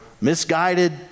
misguided